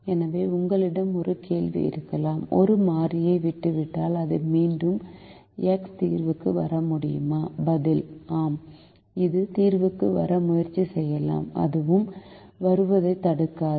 எனவே உங்களிடம் ஒரு கேள்வி இருக்கலாம் ஒரு மாறியை விட்டுவிட்டால் அது மீண்டும் x தீர்வுக்கு வர முடியுமா பதில் ஆம் அது தீர்வுக்கு வர முயற்சி செய்யலாம் எதுவும் வருவதைத் தடுக்காது